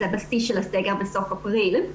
זה בשיא של הסגר בסוף אפריל.